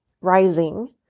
rising